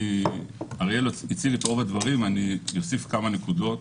אריאל הציג את רוב הדברים, אני אוסיף כמה נקודות.